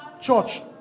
Church